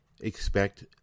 expect